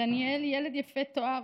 דניאל, ילד יפה תואר,